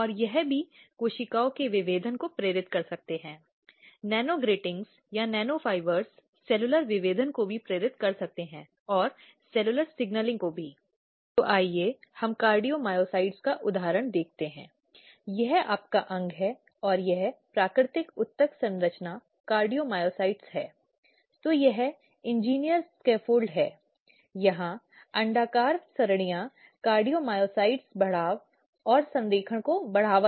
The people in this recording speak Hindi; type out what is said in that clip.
यदि शिकायत एक मामले से संबंधित है जो निश्चित रूप से कानून के तहत स्वीकार्य नहीं है लेकिन ऐसा कुछ नहीं है जो गंभीर है और जो पक्ष के लिए हानिकारक है लेकिन एक मामूली प्रकृति का है तब मामूली दंड हो सकता है जिसे प्रक्रिया में पालन किया जा सकता है